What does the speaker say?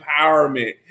Empowerment